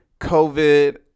COVID